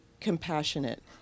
compassionate